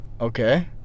Okay